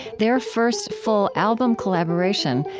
their first full album collaboration,